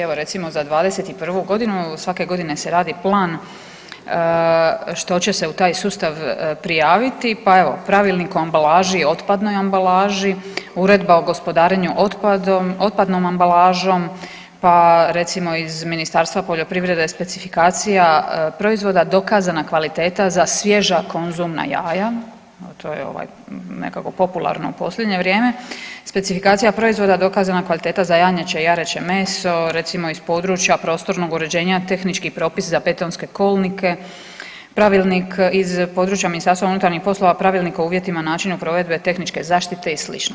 Evo recimo za '21.g. svake godine se radi plan što će se u taj sustav prijaviti, pa evo Pravilnik o ambalaži, otpadnoj ambalaži, Uredba o gospodarenju otpadnom ambalažom, pa recimo iz Ministarstva poljoprivrede specifikacija proizvoda, dokazana kvaliteta za svježa konzumna jaja, evo to je ovaj nekako popularno u posljednje vrijeme, specifikacija proizvoda, dokazana kvaliteta za janjeće i jareće meso, recimo iz područja prostornog uređenja tehničkih propisa za betonske kolnike, Pravilnik iz područja MUP-a, Pravilnik o uvjetima i načinu provedbe tehničke zaštite i slično.